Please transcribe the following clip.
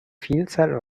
vielzahl